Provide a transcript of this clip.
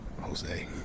Jose